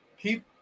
keep